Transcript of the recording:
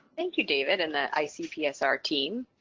thank you david and the icpsr team.